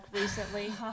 recently